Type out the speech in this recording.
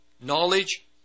Knowledge